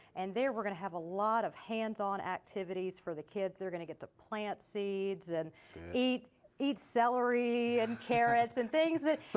and there we're going to have a lot of hands-on activities for the kids. they're going to get to plant seeds and eat eat celery and carrotts and things that.